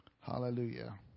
Hallelujah